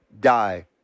die